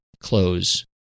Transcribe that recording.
close